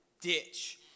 ditch